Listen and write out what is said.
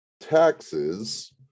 taxes